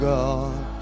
God